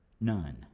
None